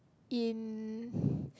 in